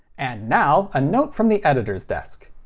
and now, a note from the editor's desk.